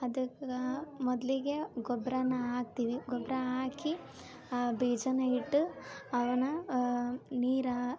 ಅದಕ್ಕೆ ಮೊದಲಿಗೆ ಗೊಬ್ಬರನ ಹಾಕ್ತಿವಿ ಗೊಬ್ಬರ ಹಾಕಿ ಬೀಜನ ಇಟ್ಟು ಅವ್ನ ನೀರ